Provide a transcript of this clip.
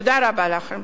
תודה רבה לכם.